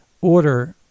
order